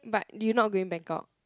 but you not going Bangkok